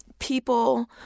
People